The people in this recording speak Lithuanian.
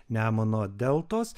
nemuno deltos